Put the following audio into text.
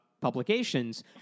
publications